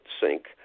sink